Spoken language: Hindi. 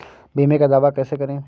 बीमे का दावा कैसे करें?